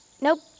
Nope